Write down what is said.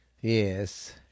Yes